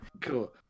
Cool